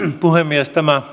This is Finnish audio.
puhemies tämä